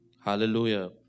hallelujah